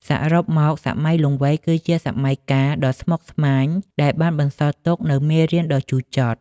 សរុបមក សម័យលង្វែកគឺជាសម័យកាលដ៏ស្មុគស្មាញដែលបានបន្សល់ទុកនូវមេរៀនដ៏ជូរចត់។